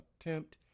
attempt